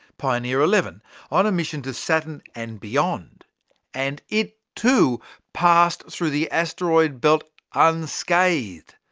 pioneer eleven on a mission to saturn and beyond and it too passed through the asteroid belt unscathed.